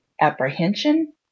Apprehension